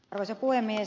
arvoisa puhemies